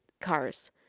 cars